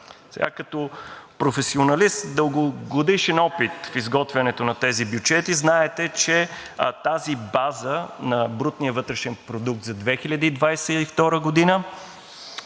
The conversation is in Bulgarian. Като професионалист с дългогодишен опит в изготвянето на тези бюджети знаете, че тази база на брутния вътрешен продукт за 2022 г. и